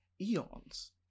Eon's